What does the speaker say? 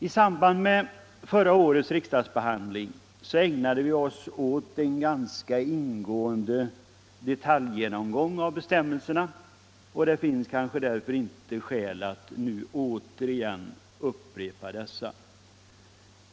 I samband med förra årets riksdagsbehandling ägnade vi oss åt en ganska ingående detaljgenomgång av bestämmelserna. Därför finns det kanske inte skäl att nu upprepa detta.